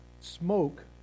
smoke